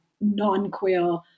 non-queer